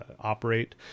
operate